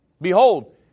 behold